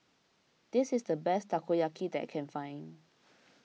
this is the best Takoyaki that I can find